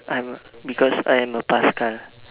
I'm a because I am a paskal